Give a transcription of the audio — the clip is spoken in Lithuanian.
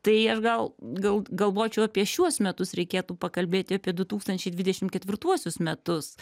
tai aš gal gal galvočiau apie šiuos metus reikėtų pakalbėti apie du tūkstančiai dvidešimt ketvirtuosius metus